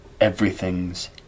Everything's